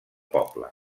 poble